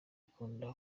akunda